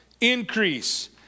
increase